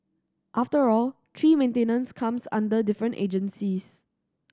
after all tree maintenance comes under different agencies